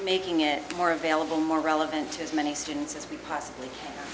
making it more available more relevant to as many students as we possibly